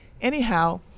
Anyhow